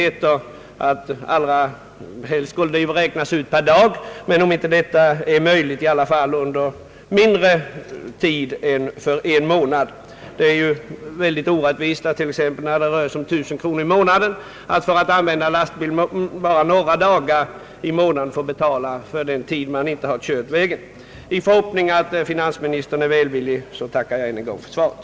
Helst borde skatten räknas ut per dag men det kanske inte är möjligt. Det är t.ex. synnerligen orättvist att för en lastbil få betala skatten för hela månaden, t.ex. 1000 kronor, när den inte används mer än några dagar. I förhoppning om att finansministern är välvilligt inställd till dessa problem tackar jag än en gång för svaret.